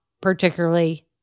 particularly